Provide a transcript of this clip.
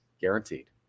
guaranteed